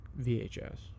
VHS